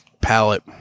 palette